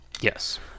Yes